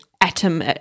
atom